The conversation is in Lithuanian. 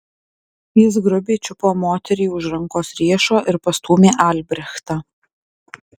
jis grubiai čiupo moterį už rankos riešo ir pastūmė albrechtą